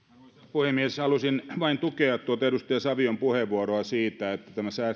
puhemies halusin vain tukea edustaja savion puheenvuoroa siitä että tämä